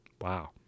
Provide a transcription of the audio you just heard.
Wow